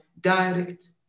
direct